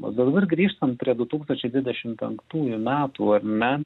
o dabar grįžtant prie du tūkstančiai dvidešim penktųjų metų ar ne